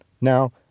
Now